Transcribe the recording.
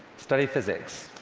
study physics.